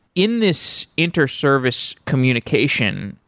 in this inter-service communication,